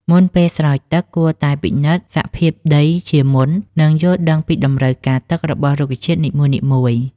មុនពេលស្រោចទឹក គួរតែពិនិត្យសភាពដីជាមុន និងយល់ដឹងពីតម្រូវការទឹករបស់រុក្ខជាតិនីមួយៗ។